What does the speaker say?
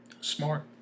Smart